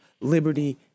liberty